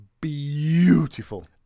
beautiful